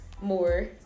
more